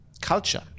culture